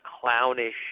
clownish